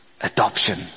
adoption